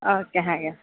okay ಹಾಗೆ